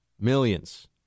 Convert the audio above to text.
Millions